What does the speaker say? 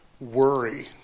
worry